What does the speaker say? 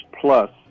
plus